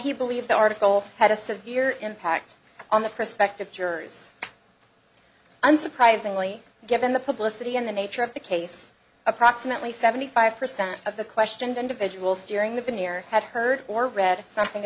he believed the article had a severe impact on the prospective jurors unsurprisingly given the publicity and the nature of the case approximately seventy five percent of the questioned individuals during the veneer had heard or read something